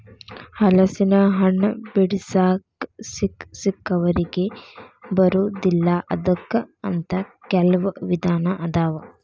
ಹಲಸಿನಹಣ್ಣ ಬಿಡಿಸಾಕ ಸಿಕ್ಕಸಿಕ್ಕವರಿಗೆ ಬರುದಿಲ್ಲಾ ಅದಕ್ಕ ಅಂತ ಕೆಲ್ವ ವಿಧಾನ ಅದಾವ